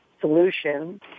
solution